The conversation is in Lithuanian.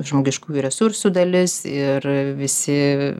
žmogiškųjų resursų dalis ir visi